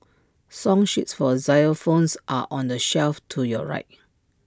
song sheets for xylophones are on the shelf to your right